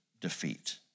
defeat